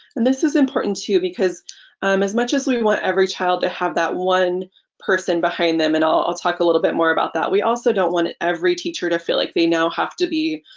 and this is important too because as much as we want every child to have that one person behind them and i'll talk a little bit more about that, we also don't want every teacher to feel like they now have to be,